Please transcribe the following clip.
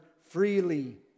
freely